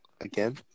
again